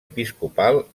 episcopal